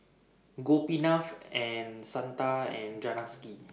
Gopinath Santha and Janaki